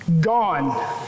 gone